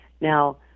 Now